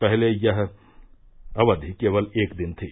पहले यह अवधि केवल एक दिन थी